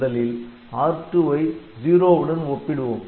முதலில் R2 ஐ '0' உடன் ஒப்பிடுவோம்